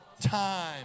time